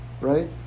right